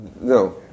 No